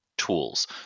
tools